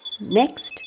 Next